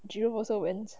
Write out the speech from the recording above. gerome also went